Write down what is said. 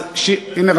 הנה,